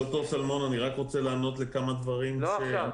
אני רק רוצה לענות לכמה דברים --- לא עכשיו,